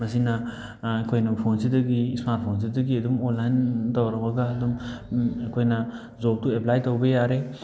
ꯃꯁꯤꯅ ꯑꯩꯈꯣꯏꯅ ꯐꯣꯟꯁꯤꯗꯒꯤ ꯏꯁꯃꯥꯔꯠ ꯐꯣꯟꯁꯤꯗꯒꯤ ꯑꯗꯨꯝ ꯑꯣꯟꯂꯥꯏꯟ ꯇꯧꯔꯨꯔꯒ ꯑꯗꯨꯝ ꯑꯩꯈꯣꯏꯅ ꯖꯣꯕꯇꯨ ꯑꯦꯄ꯭ꯂꯥꯏ ꯇꯧꯕ ꯌꯥꯔꯦ